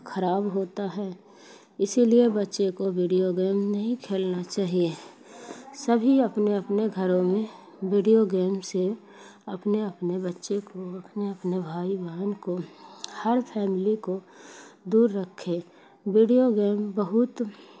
خراب ہوتا ہے اسی لیے بچے کو ویڈیو گیم نہیں کھیلنا چاہیے سبھی اپنے اپنے گھروں میں ویڈیو گیم سے اپنے اپنے بچے کو اپنے اپنے بھائی بہن کو ہر فیملی کو دور رکھے ویڈیو گیم بہت